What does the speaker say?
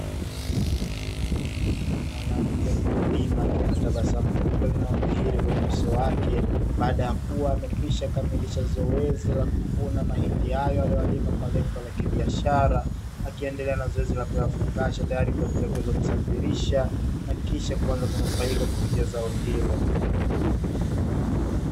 Mwananmke mkulima akiwa na tabasamu kubwa linalo dhihiri kwene uso wake, baada ya kuwa amekwisha kamilisha zoezi la kuvuna mahindi ayo aliyoyalima kwa lengo la kibiashara, akiendelea na zoezi la kuyafungasha tayari kwaajili ya kuyasafirisha na kisha kuanza kunufaika kupitia zao hilo.